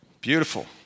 Beautiful